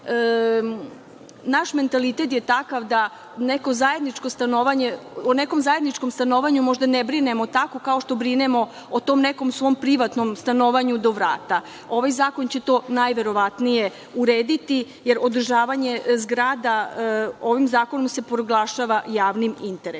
mentalitet je takav da o nekom zajedničkom stanovanju možda ne brinemo tako kao što brinemo o tom nekom svom privatnom stanovanju do vrata. Ovaj zakon će to najverovatnije urediti, jer održavanje zgrada ovim zakonom se proglašava javnim interesom. Pitam